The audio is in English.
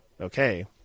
okay